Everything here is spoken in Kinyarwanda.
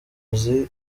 azi